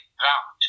drowned